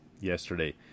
yesterday